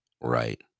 right